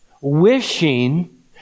wishing